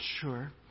sure